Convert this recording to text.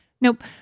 Nope